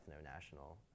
ethno-national